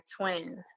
twins